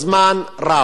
זמן רב.